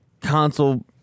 console